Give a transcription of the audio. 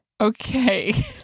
Okay